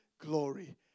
glory